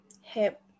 hip